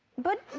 but